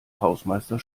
hausmeister